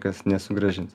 kas nesugrąžins